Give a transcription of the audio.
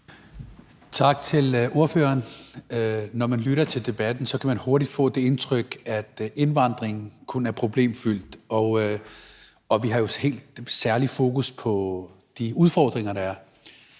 Tak til ordføreren. Når man lytter til debatten, kan man hurtigt få det indtryk, at indvandringen kun er problemfyldt – vi har et helt særligt fokus på de udfordringer, der er.